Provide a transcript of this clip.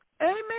Amen